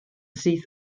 syth